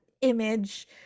image